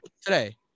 Today